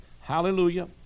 hallelujah